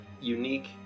unique